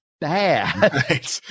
bad